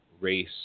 race